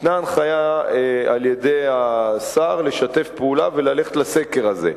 ניתנה הנחיה על-ידי השר לשתף פעולה וללכת לסקר הזה.